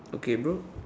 okay bro